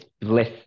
bliss